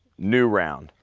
new round.